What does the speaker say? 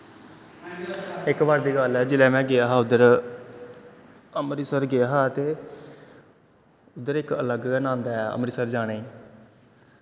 इक बारी दी गल्ल ऐ जेल्लै में गेआ हा उद्धर अमृतसर गेआ हा ते उद्धर इक अलग गै नन्द आया अमृतसर जाने गी